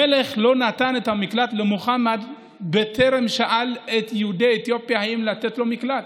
המלך לא נתן את המקלט למוחמד בטרם שאל את יהודי אתיופיה אם לתת לו מקלט.